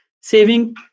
saving